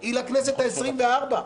היא לכנסת העשרים-וארבע,